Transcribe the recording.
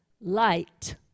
light